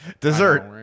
Dessert